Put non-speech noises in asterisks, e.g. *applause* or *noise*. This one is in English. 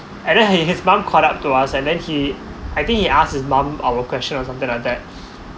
and then he his mum caught up to us and then he I think he asked his mum our question or something like that *breath*